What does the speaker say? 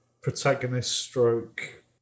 protagonist-stroke